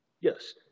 Yes